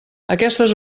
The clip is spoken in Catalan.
aquestes